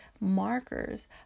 markers